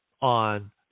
on